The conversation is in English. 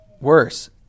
worse